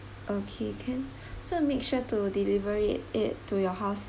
okay can so make sure to deliver it it to your house